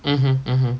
mmhmm mmhmm